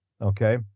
Okay